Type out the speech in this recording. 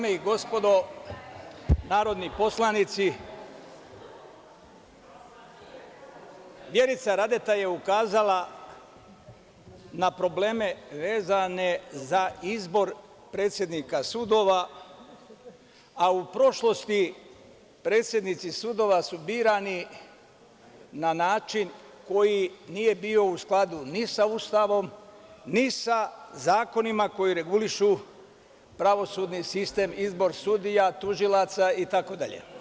Dame i gospodo narodni poslanici, Vjerica Radeta je ukazala na probleme vezane za izbor predsednika sudova, a u prošlosti predsednici sudova su birani na način koji nije bio u skladu ni sa Ustavom, ni sa zakonima koji regulišu pravosudni sistem, izbor sudija, tužilaca itd.